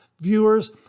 viewers